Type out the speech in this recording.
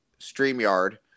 StreamYard